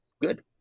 good